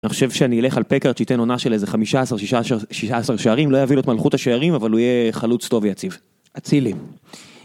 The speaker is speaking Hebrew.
אני חושב שאני אלך על פקרט שייתן עונה של איזה 15-16 שערים, לא יביא לו את מלכות השערים, אבל הוא יהיה חלוץ טוב ויציב. -אצילי.